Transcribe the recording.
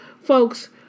folks